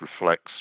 reflects